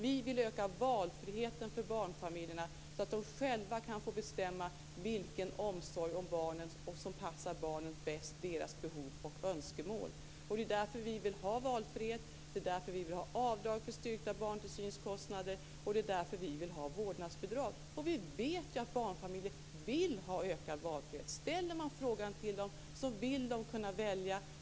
Vi vill öka valfriheten för barnfamiljerna så att de själva kan få bestämma vilken omsorg om barnen som passar barnen bäst enligt deras behov och önskemål. Det är därför vi vill ha valfrihet, det är därför vi vill ha avdrag för styrkta barntillsynskostnader och det är därför vi vill ha vårdnadsbidrag. Vi vet att barnfamiljer vill ha ökad valfrihet. Ställer man frågan till dem vill de kunna välja.